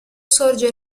sorge